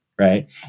Right